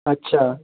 अच्छा